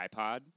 iPod